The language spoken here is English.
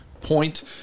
point